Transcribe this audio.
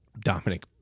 Dominic